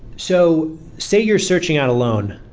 so say you're searching out a loan,